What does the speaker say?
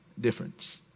difference